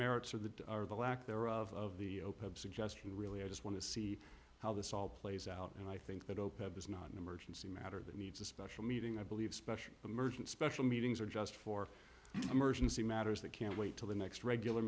merits of the or the lack thereof of the hope of suggestion really i just want to see how this all plays out and i think that opec is not an emergency matter that needs a special meeting i believe special emergent special meetings or just for emergency matters that can't wait till the next regular